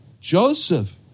Joseph